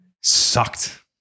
Sucked